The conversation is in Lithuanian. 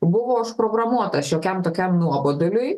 buvo užprogramuota šiokiam tokiam nuoboduliui